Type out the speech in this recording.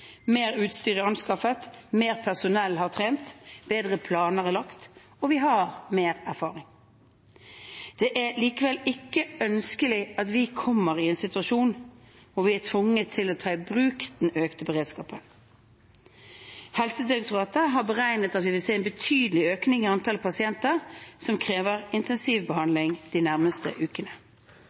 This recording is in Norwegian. Mer utstyr er anskaffet, mer personell har trent, bedre planer er lagt, og vi har mer erfaring. Det er likevel ikke ønskelig at vi kommer i en situasjon der vi er tvunget til å ta i bruk den økte beredskapen. Helsedirektoratet har beregnet at vi vil se en betydelig økning i antall pasienter som krever intensivbehandling, de nærmeste ukene.